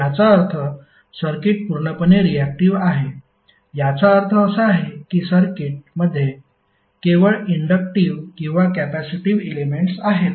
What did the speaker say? याचा अर्थ सर्किट पूर्णपणे रीऍक्टिव आहे याचा अर्थ असा आहे की सर्किटमध्ये केवळ इंडक्टिव्ह किंवा कॅपेसिटिव्ह एलेमेंट्स आहेत